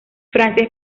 francia